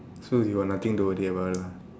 so is you got nothing to worry about lah